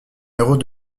héros